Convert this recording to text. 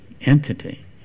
entity